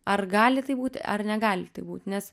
ar gali taip būti ar negali taip būt nes